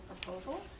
proposal